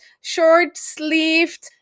short-sleeved